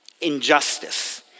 injustice